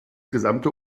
gesamte